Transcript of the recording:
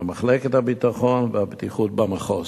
למחלקת הביטחון והבטיחות במחוז.